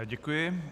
Děkuji.